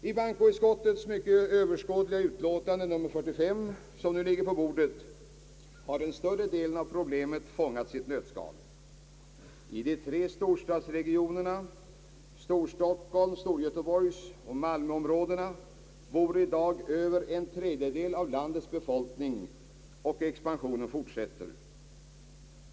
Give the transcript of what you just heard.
I bankoutskottets mycket överskådliga utlåtande nr 45, som nu ligger på bordet, har den större delen av problemet fångats i ett nötskal. I de tre storstadsregionerna, storstockholms-, storgöteborgsoch malmöområdena, bor i dag över en tredjedel av landets befolkning och expansionen fortsätter.